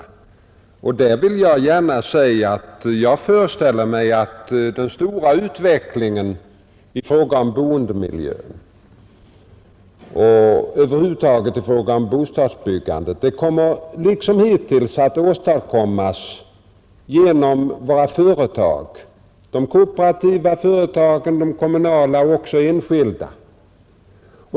I det sammanhanget vill jag gärna säga att jag föreställer mig att utvecklingen i fråga om boendemiljön och över huvud taget i fråga om bostadsbyggandet kommer, liksom hittills, att åstadkommas genom våra företag: de kooperativa företagen, de kommunala och också de enskilda.